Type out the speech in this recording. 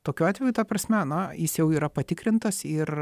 tokiu atveju ta prasme na jis jau yra patikrintas ir